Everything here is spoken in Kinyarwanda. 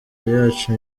yacu